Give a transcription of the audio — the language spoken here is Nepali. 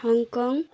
हङ्कङ